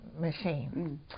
machine